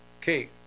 okay